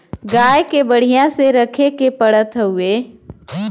गाय के बढ़िया से रखे के पड़त हउवे